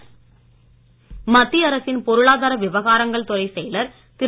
reserve வங்கி மத்திய அரசின் பொருளாதார விவகாரங்கள் துறைச் செயலர் திரு